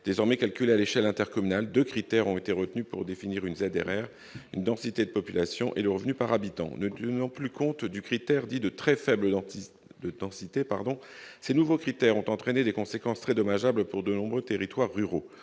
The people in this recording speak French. désormais quelques l'intercommunale de critères ont été retenus pour définir une ZR1 une densité de population et le revenu par habitant n'est plus non plus compte du critère dit de très faible dans le temps, cité pardon, ces nouveaux critères ont entraîné des conséquences très dommageable pour de nombreux territoires ruraux